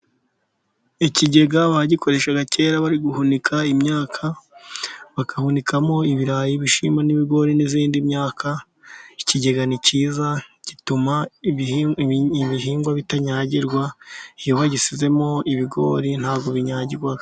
Ikigega bagikoreshaga kera bari guhunika imyaka, bagaahunikamo ibirayi, ibishyimbo 'ibigori n'iyindi myaka. Ikigega ni cyiza gituma ibihingwa bitanyagirwa, iyo bagisizemo ibigori ntabwo binyagirwa.